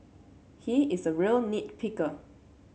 he is a real nit picker